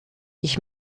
ich